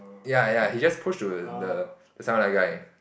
ya ya he just push to the just now that guy